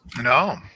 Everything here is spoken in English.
No